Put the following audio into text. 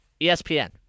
ESPN